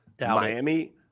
Miami